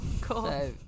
Cool